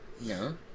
No